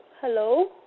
Hello